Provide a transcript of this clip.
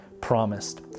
promised